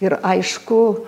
ir aišku